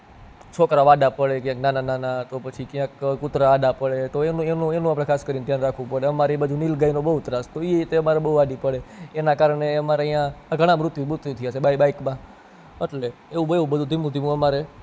છોકરાઓ આડા પડે કંઈક નાના નાના તો પછી ક્યાંક કુતરા આડા પડે તો એનું એનું એનું ખાસ કરી ધ્યાન રાખવું પડે અમારી આ બાજુ નીલગાયનો બહુ ત્રાસ એ તે અમારે બહુ આડી પડે એના કારણે અમારે અહીં ઘણાં મૃત્યુ મૃત્યુ થયાં છે બાઇકમાં અટલે એવું બધું ધીમું ધીમું અમારે